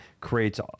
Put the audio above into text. creates